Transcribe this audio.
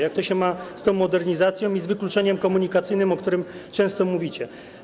Jak to się ma do tej modernizacji i wykluczenia komunikacyjnego, o którym często mówicie?